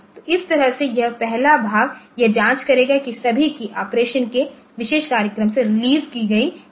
तो इस तरह से यह पहला भाग यह जांच करेगा कि सभी कीय ऑपरेशन के शेष कार्यक्रम से रिलीज़ की गई हैं